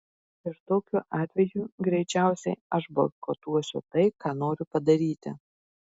ir tokiu atveju greičiausiai aš boikotuosiu tai ką noriu padaryti